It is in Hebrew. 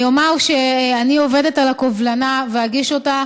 אני אומר שאני עובדת על הקובלנה, ואגיש אותה